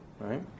right